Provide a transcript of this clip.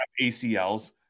ACLs